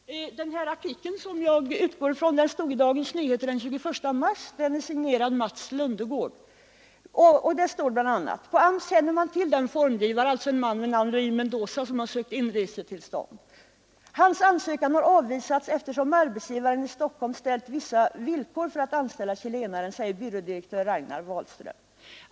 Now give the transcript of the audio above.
Herr talman! Den artikel som jag utgår från stod i Dagens Nyheter den 21 mars och är signerad Mats Lundegård. Där står bl.a.: ”På AMS känner man till den formgivare som omnämns i Mats Holmbergs redovisning.” Det gäller alltså en man vid namn Luis Mendoza som har sökt inresetillstånd. ”Hans ansökan har avvisats eftersom arbetsgivaren i Stockholm ställt vissa villkor för att anställa chilenaren, säger byrådirektör Ragnar Wahlström.